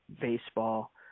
baseball